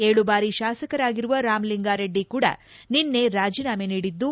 ಏಳು ಬಾರಿ ಶಾಸಕರಾಗಿರುವ ರಾಮಲಿಂಗಾರೆಡ್ಡಿ ಕೂಡ ನಿನ್ನೆ ರಾಜೀನಾಮೆ ನೀಡಿದ್ದು